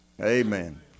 Amen